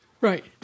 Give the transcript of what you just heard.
Right